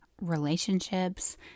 relationships